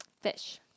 Fish